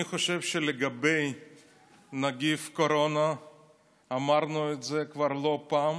אני חושב שלגבי נגיף הקורונה אמרנו את זה כבר לא פעם,